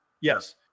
Yes